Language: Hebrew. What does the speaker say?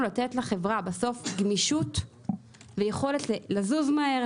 לתת לחברה גמישות ויכולת לזוז מהר,